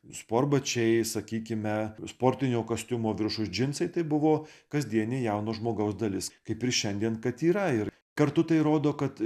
sportbačiai sakykime sportinio kostiumo viršus džinsai tai buvo kasdienė jauno žmogaus dalis kaip ir šiandien kad yra ir kartu tai rodo kad